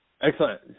Excellent